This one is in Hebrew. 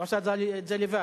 היא עושה את זה לבד.